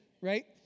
Right